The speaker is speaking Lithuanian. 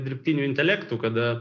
dirbtiniu intelektu kada